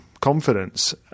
confidence